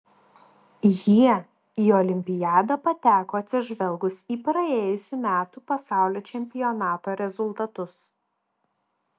jie į olimpiadą pateko atsižvelgus į praėjusių metų pasaulio čempionato rezultatus